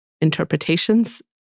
interpretations